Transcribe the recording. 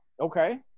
okay